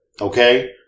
Okay